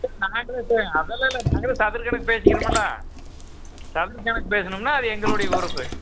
நாங்களே வந்து அதலாம் இல்லை நாங்களே சதுர கணக்கு பேசிக்கிறோமில சதுர கணக்கு பேசணும்னால் அது எங்களோடைய பொறுப்பு